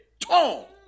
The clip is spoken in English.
Tall